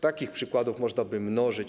Takie przykłady można by mnożyć.